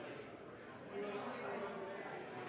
straffeprosessloven. Målet er